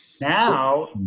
now